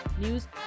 news